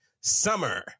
summer